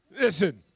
Listen